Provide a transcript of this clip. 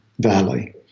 Valley